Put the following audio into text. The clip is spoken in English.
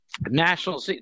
national